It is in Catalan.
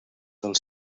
del